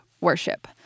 worship